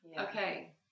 Okay